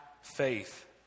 faith